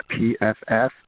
PFF